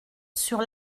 sur